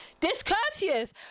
Discourteous